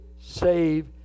save